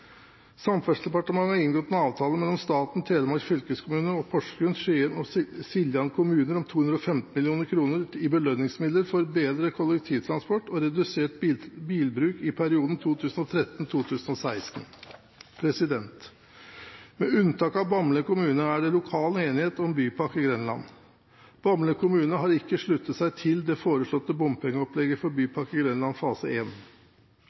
Samferdselsdepartementet har inngått en avtale mellom staten, Telemark fylkeskommune og Porsgrunn, Skien og Siljan kommuner om 215 mill. kr i belønningsmidler for bedre kollektivtransport og redusert bilbruk i perioden 2013–2016. Med unntak av Bamble kommune er det lokal enighet om Bypakke Grenland. Bamble kommune har ikke sluttet seg til det foreslåtte bompengeopplegget for Bypakke Grenland fase